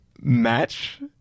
match